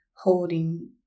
holding